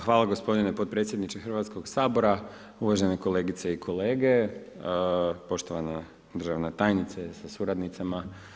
Hvala gospodine potpredsjedniče Hrvatskog sabora, uvažene kolegice i kolege, poštovana državna tajnice sa suradnicama.